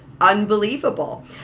unbelievable